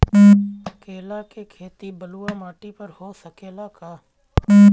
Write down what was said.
केला के खेती बलुआ माटी पर हो सकेला का?